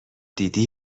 دیدی